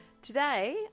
Today